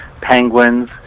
penguins